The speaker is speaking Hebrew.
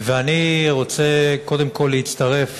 אני רוצה קודם כול להצטרף